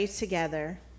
together